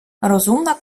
розумна